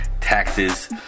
taxes